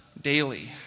Daily